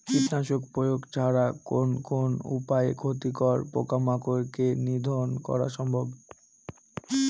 কীটনাশক প্রয়োগ ছাড়া কোন কোন উপায়ে ক্ষতিকর পোকামাকড় কে নিধন করা সম্ভব?